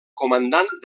comandant